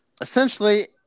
Essentially